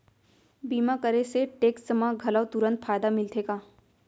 बीमा करे से टेक्स मा घलव तुरंत फायदा मिलथे का?